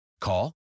Call